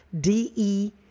D-E